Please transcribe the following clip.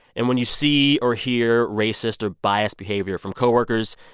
and when you see or hear racist or biased behavior from co-workers,